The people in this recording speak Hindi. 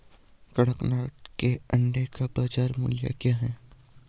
कड़कनाथ के अंडे का बाज़ार मूल्य क्या है?